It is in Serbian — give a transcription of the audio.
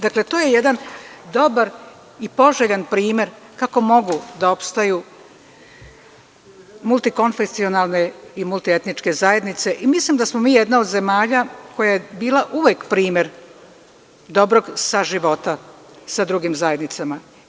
Dakle, to je jedna dobar i poželjan primer kako mogu da opstaju multikonvencionalne i multietničke zajednice i mislim da smo mi jedna od zemlja koja je bila uvek primer dobrog sa života sa drugim zajednicama.